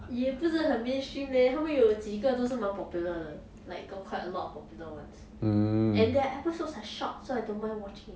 也不是很 mainstream leh 他会有几个就是蛮 popular 的 like got quite a lot of popular ones and their episodes are short so I don't mind watching it